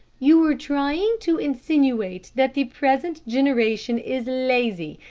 you are trying to insinuate that the present generation is lazy,